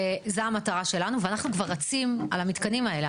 וזו המטרה שלנו, ואנחנו כבר רצים על המתקנים האלה.